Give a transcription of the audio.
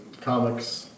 comics